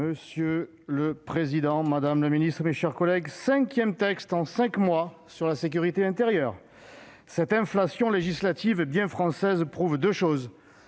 Monsieur le président, madame la ministre, mes chers collègues, voici le cinquième texte en cinq mois sur la sécurité intérieure ! Cette inflation législative bien française prouve deux choses